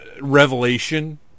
revelation